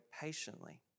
patiently